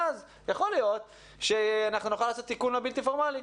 ואז יכול להיות שאנחנו נוכל לעשות תיקון לבלתי פורמאלי,